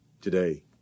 today